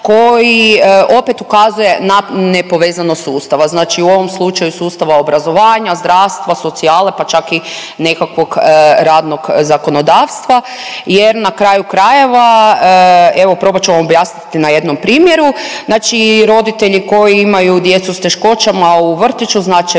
koji opet ukazuje na nepovezanost sustava, znači u ovom slučaju sustava obrazovanja, zdravstva, socijale pa čak i nekakvog radnog zakonodavstva jer na kraju krajeva evo probat ću vam objasniti na jednom primjeru. Znači, roditelji koji imaju djecu sa teškoćama u vrtiću znat